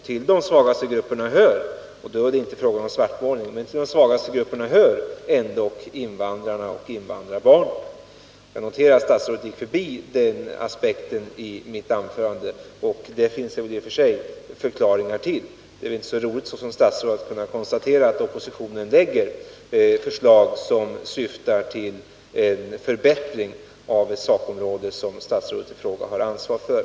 Till dessa grupper hör — det är inte fråga om någon svartmålning — invandrarna och invandrarbarnen. Jag noterar att statsrådet gick förbi den aspekten i mitt anförande, men det finns väl förklaringar till det. Det är väl inte så trevligt för ett statsråd att konstatera att oppositionen lägger fram förslag, som syftar till en förbättring av sakområden som statsrådet i fråga har ansvaret för.